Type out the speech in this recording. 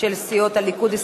של סיעות הליכוד,